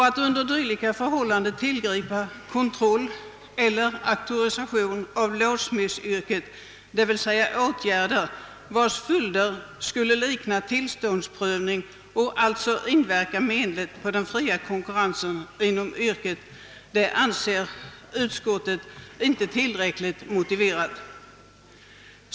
Att under dylika förhållanden tillgripa kontroll eller auktorisation av låssmedsyrket — d.v.s. åtgärder vilkas följder skulle likna tillståndsprövning och alltså inverka menligt på den fria konkurrensen inom yrket — anser utskottsmajoriteten inte tillräckligt motiverat.